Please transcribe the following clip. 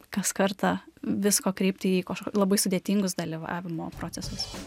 kas kartą visko kreipti į kaž labai sudėtingus dalyvavimo procesus